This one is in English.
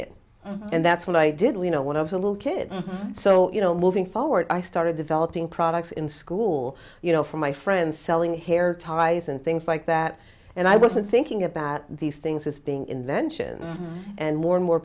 it and that's what i didn't you know when i was a little kid so you know moving forward i started developing products in school you know from my friends selling hair ties and things like that and i wasn't thinking about these things as being inventions and more and more